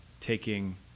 taking